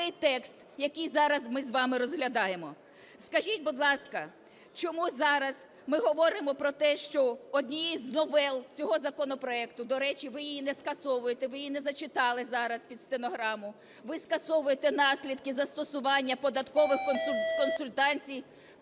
цей текст, який зараз ми з вами розглядаємо. Скажіть, будь ласка, чому зараз ми говоримо про те, що однією з новел цього законопроекту, до речі, ви її не скасовуєте, ви її не зачитали зараз під стенограму, ви скасовуєте наслідки застосування податкових консультацій